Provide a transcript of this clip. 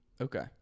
Okay